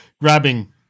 grabbing